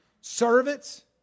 servants